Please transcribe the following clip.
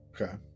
Okay